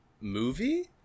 movie